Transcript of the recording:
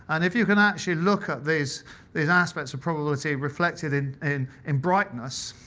and if you can actually look at these these aspects of probability reflected in and and brightness,